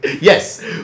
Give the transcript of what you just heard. yes